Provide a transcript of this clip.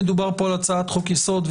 מדובר פה על הצעת חוק יסוד,